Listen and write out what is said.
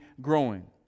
growing